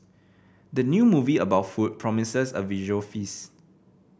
the new movie about food promises a visual feast